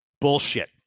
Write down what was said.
Bullshit